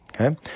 Okay